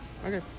okay